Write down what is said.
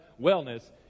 wellness